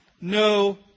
no